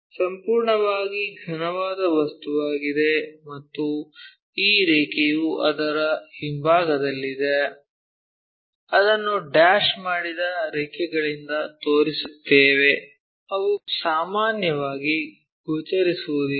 ಸಂಪೂರ್ಣವಾಗಿ ಘನವಾದ ವಸ್ತುವಾಗಿದೆ ಮತ್ತು ಈ ರೇಖೆಯು ಅದರ ಹಿಂಭಾಗದಲ್ಲಿದೆ ಅದನ್ನು ಡ್ಯಾಶ್ ಮಾಡಿದ ರೇಖೆಗಳಿಂದ ತೋರಿಸುತ್ತೇವೆ ಅವು ಸಾಮಾನ್ಯವಾಗಿ ಗೋಚರಿಸುವುದಿಲ್ಲ